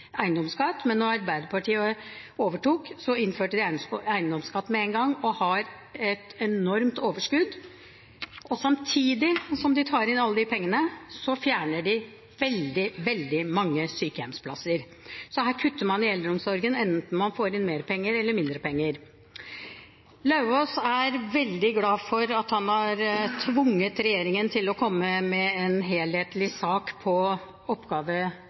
eiendomsskatt, men da Arbeiderpartiet overtok, innførte de eiendomsskatt med en gang og har et enormt overskudd. Samtidig som de tar inn alle de pengene, fjerner de veldig, veldig mange sykehjemsplasser. Så her kutter man i eldreomsorgen enten man får inn mer penger eller mindre penger. Lauvås er veldig glad for at han har tvunget regjeringen til å komme med en helhetlig sak